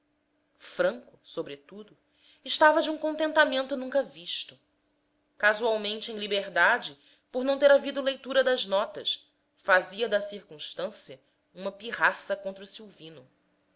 franco sobretudo estava de um contentamento nunca visto casualmente em liberdade por não ter havido leitura das notas fazia da circunstância uma pirraça contra o silvino